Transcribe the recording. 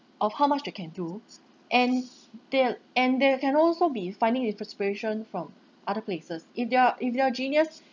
of how much they can do and they'll and there can also be finding his inspa~ inspiration from other places if they're if they're genius